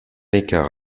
écart